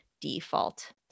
default